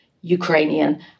Ukrainian